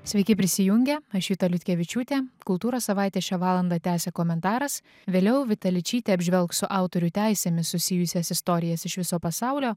sveiki prisijungę aš juta liutkevičiūtė kultūros savaitę šią valandą tęsia komentaras vėliau vita ličytė apžvelgs su autorių teisėmis susijusias istorijas iš viso pasaulio